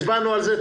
הצבענו על זה.